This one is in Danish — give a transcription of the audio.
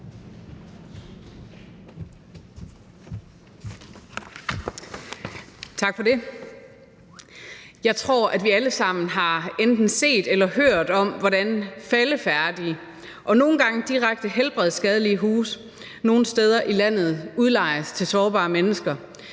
Tak for det. Jeg tror, at vi alle sammen har enten set eller hørt om, hvordan faldefærdige og nogle gange direkte helbredsskadelige huse nogle steder i landet udlejes til sårbare mennesker.